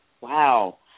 Wow